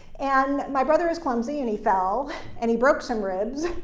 and my brother is clumsy, and he fell and he broke some ribs,